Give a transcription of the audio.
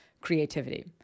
creativity